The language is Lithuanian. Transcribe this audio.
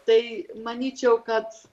tai manyčiau kad